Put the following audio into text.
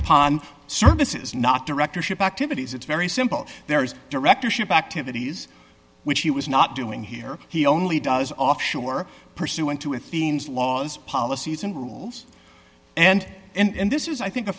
upon services not directorship activities it's very simple there is directorship activities which he was not doing here he only does offshore pursuant to a themes laws policies and rules and and this is i think a